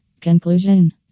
Conclusion